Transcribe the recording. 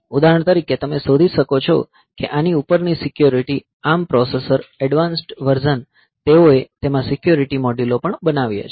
ઉદાહરણ તરીકે તમે શોધી શકો છો કે આની ઉપરની security ARM processor advanced version તેઓએ તેમાં સિક્યોરિટી મોડ્યુલો પણ બનાવ્યા છે